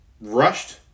rushed